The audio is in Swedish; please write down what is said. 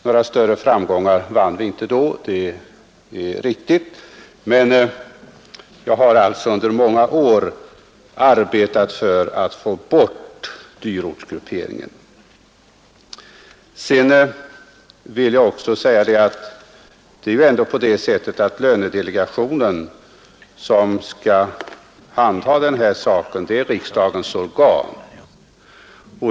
Det är riktigt att vi då inte vann några större framgångar, men jag har under många år arbetat för att få bort orättvisorna, som följer med dyrortsgrupperingen. Lönedelegationen, som skall handha den här saken, är riksdagens organ.